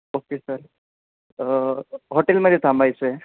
okay sir हॉटेलमध्ये थांबायचं आहे